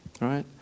right